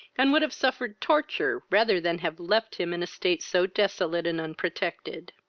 and would have suffered torture rather than have left him in a state so desolate and unprotected.